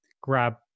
grab